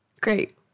Great